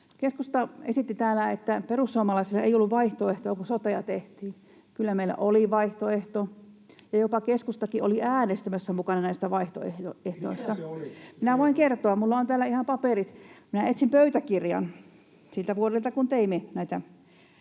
Keskusta esitti täällä, että perussuomalaisilla ei ollut vaihtoehtoa, kun sotea tehtiin. Kyllä meillä oli vaihtoehto, ja jopa keskusta oli mukana äänestämässä näistä vaihtoehdoista. [Aki Lindén: Mikä se oli?] — Voin kertoa. Minulla on täällä ihan paperit, etsin pöytäkirjan siltä vuodelta, kun teimme näitä.